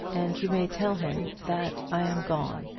and you may tell him that i am gone.